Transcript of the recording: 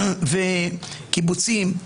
קיבוצים,